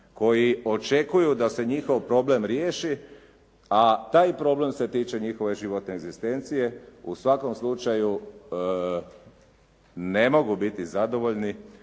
koji očekuju da se njihov problem riješi, a taj problem se tiče njihove životne egzistencije u svakom slučaju ne mogu biti zadovoljni